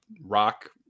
rock